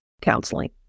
counseling